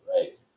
right